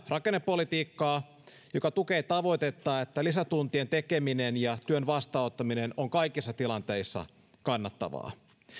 rakennepolitiikkaa joka tukee tavoitetta että lisätuntien tekeminen ja työn vastaanottaminen on kaikissa tilanteissa kannattavaa